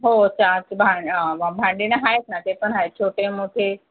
हो चहा भांडे ना आहेत ना ते पण आहेत छोटे मोठे